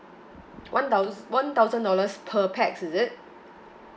one thous~ one thousand dollars per pax is it